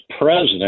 president